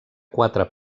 quatre